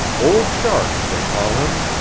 old shark, they call him,